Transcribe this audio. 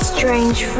Strange